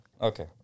Okay